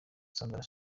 sandra